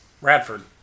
radford